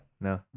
No